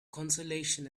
consolation